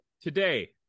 today